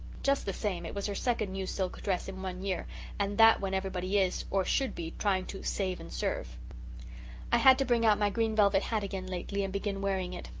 just the same, it was her second new silk dress in one year and that when everybody is or should be trying to save and serve i had to bring out my green velvet hat again lately and begin wearing it.